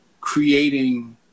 creating